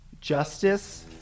justice